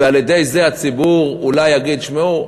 ועל-ידי זה הציבור אולי יגיד, שמעו,